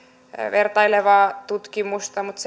vertailevaa tutkimusta mutta